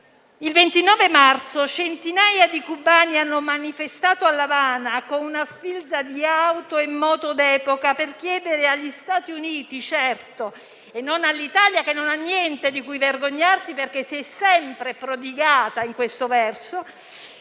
Il 29 marzo centinaia di cubani hanno manifestato a L'Avana con una sfilza di auto e moto d'epoca per chiedere agli Stati Uniti, certo, e non all'Italia, che non ha niente di cui vergognarsi perché si è sempre prodigata in questo verso,